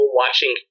watching